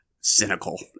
cynical